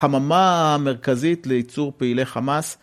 חממה מרכזית לייצור פעילי חמאס.